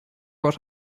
what